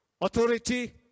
authority